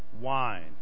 wine